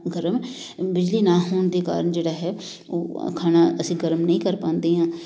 ਗਰਮ ਬਿਜਲੀ ਨਾ ਹੋਣ ਦੇ ਕਾਰਨ ਜਿਹੜਾ ਹੈ ਉਹ ਖਾਣਾ ਅਸੀਂ ਗਰਮ ਨਹੀਂ ਕਰ ਪਾਉਂਦੇ ਹਾਂ